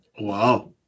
Wow